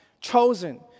Chosen